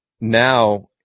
Now